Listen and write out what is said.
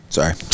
Sorry